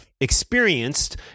experienced